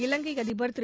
இலங்கை அதிபர் திரு